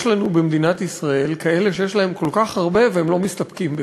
יש לנו במדינת ישראל כאלה שיש להם כל כך הרבה והם לא מסתפקים בכך.